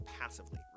passively